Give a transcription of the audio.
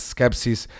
Skepsis